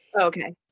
okay